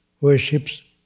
worships